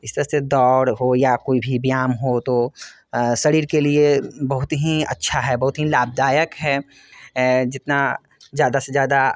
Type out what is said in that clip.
इस तरह से दौड़ हो या कोई भी व्यायाम हो तो शरीर के लिए बहुत ही अच्छा है बहुत ही लाभदायक है जितना ज़्यादा से ज़्यादा